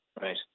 Right